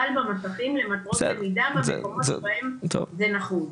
במסכים למטרות למידה במקומות שבהם זה נחוץ.